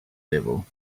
level